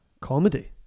comedy